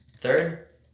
Third